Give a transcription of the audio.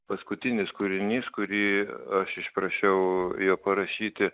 paskutinis kūrinys kurį aš išprašiau jo parašyti